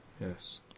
yes